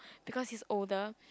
because he is older